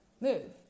move